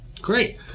Great